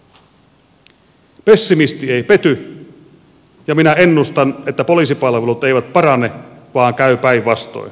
pessimisti ei pety ja minä ennustan että poliisipalvelut eivät parane vaan käy päinvastoin